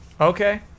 Okay